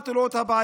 הסברתי לו את הבעיה.